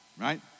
right